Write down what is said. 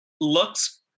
looks